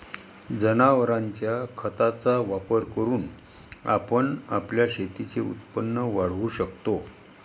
जनावरांच्या खताचा वापर करून आपण आपल्या शेतीचे उत्पन्न वाढवू शकतो